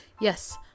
Yes